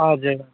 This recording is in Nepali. हजुर